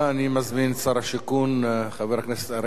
אני מזמין את שר השיכון חבר הכנסת אריאל